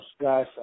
guys